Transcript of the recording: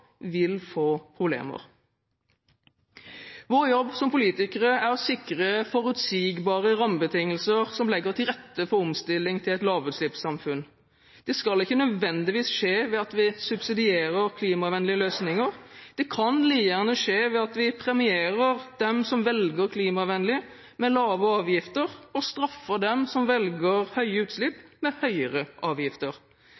vil få problemer. Vår jobb som politikere er å sikre forutsigbare rammebetingelser som legger til rette for omstilling til et lavutslippssamfunn. Det skal ikke nødvendigvis skje ved at vi subsidierer klimavennlige løsninger. Det kan like gjerne skje ved at vi premierer dem som velger klimavennlig, med lave avgifter, og straffer dem som velger høye